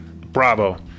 bravo